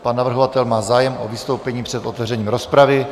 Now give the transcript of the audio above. Pan navrhovatel má zájem o vystoupení před otevřením rozpravy.